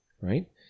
Right